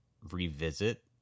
revisit